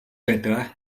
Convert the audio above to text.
байдаг